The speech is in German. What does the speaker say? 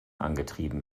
angetrieben